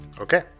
Okay